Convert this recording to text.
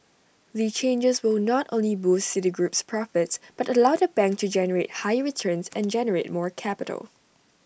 the changes will not only boost Citigroup's profits but allow the bank to generate higher returns and generate more capital